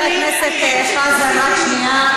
חבר הכנסת חזן, רק שנייה.